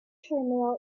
terminal